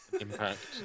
impact